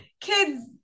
kids